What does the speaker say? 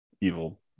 evil